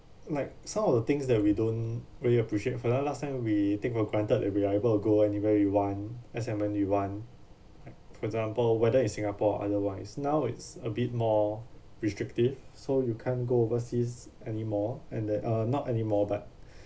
like some of the things that we don't really appreciate for the la~ last time we take for granted that we are able go anywhere we want as and when we want for example whether in singapore otherwise now it's a bit more restrictive so you can't go overseas anymore and that uh not anymore but